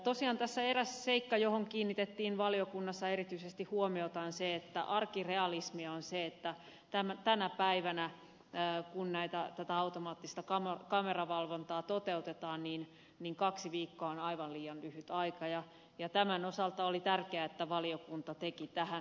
tosiaan tässä eräs seikka johon kiinnitettiin valiokunnassa erityisesti huomiota on se että arkirealismia on se että tänä päivänä kun tätä automaattista kameravalvontaa toteutetaan kaksi viikkoa on aivan liian lyhyt aika ja tämän osalta oli tärkeää että valiokunta teki tähän muutoksen